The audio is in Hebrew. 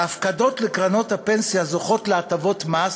ההפקדות לקרנות הפנסיה זוכות להטבות מס,